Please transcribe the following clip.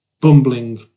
bumbling